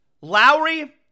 Lowry